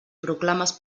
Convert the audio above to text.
proclames